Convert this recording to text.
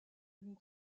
une